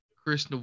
Chris